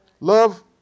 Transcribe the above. Love